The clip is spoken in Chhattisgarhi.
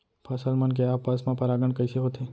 फसल मन के आपस मा परागण कइसे होथे?